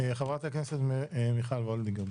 חברת הכנסת מיכל וולדיגר,